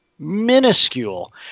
minuscule